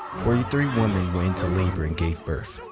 forty three women went into labor and gave birth,